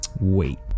wait